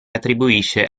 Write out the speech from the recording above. attribuisce